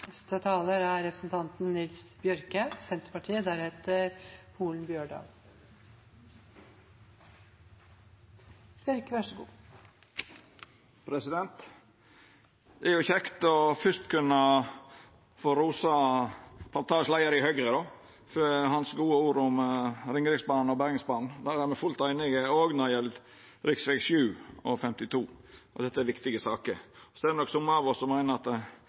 Det er kjekt fyrst å kunna rosa den parlamentariske leiaren i Høgre for gode ord om Ringeriksbanen og Bergensbanen. Der er me heilt einige. Det er me òg når det gjeld rv. 7 og rv. 52, og dette er viktige saker. Det er nok somme av oss som meiner at